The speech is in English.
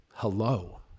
Hello